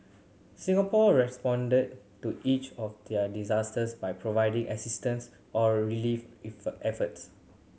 Singapore responded to each of their disasters by providing assistance or relief efforts